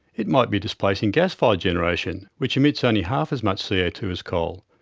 it might be displacing gas fired generation, which emits only half as much c o two as coal,